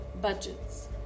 budgets